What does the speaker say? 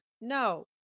No